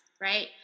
right